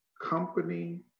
company